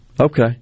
Okay